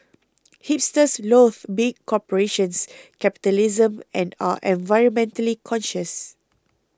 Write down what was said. hipsters loath big corporations capitalism and are an very environmentally conscious